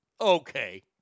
Okay